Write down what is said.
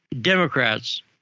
Democrats